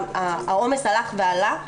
העומס הלך ועלה,